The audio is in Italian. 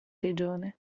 regione